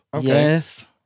Yes